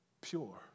pure